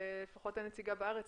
ולפחות הנציגה בארץ,